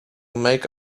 make